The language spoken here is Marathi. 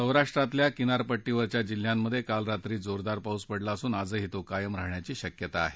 सौराष्ट्रातल्या किनारपट्टीवरच्या जिल्ह्यामधे काल रात्री जोरदार पाऊस पडला असून आजही तो कायम राहण्याची शक्यता आहे